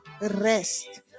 rest